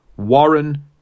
Warren